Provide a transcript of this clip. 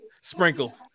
sprinkle